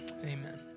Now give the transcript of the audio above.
Amen